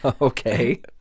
Okay